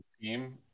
team